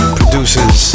producers